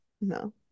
no